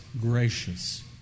gracious